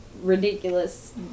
ridiculous